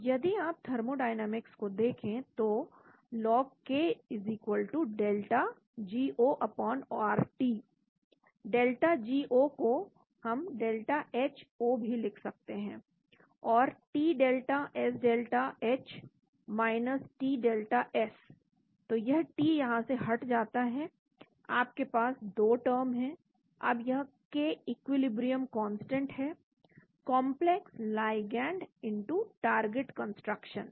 तो यदि आप थर्मोडायनेमिक्स को देखें तो ln K delta G0RT delta G0 को डेल्टा H0 भी लिख सकते हैं और T delta S delta H T delta S तो यह T यहां से हट जाता है आपके पास यह दो टर्म है अब यह K इक्विलिब्रियम कांस्टेंट है कांपलेक्स लाइगैंड टारगेट कंसंट्रेशन